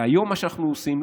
והיום מה שאנחנו עושים,